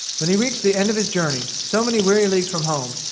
when he reached the end of his journey, so many weary leagues from home,